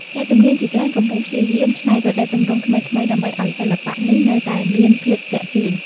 អ្នកជំនាញជាច្រើនកំពុងព្យាយាមច្នៃប្រឌិតទម្រង់ថ្មីៗដើម្បីឱ្យសិល្បៈនេះនៅតែមានភាពទាក់ទាញ។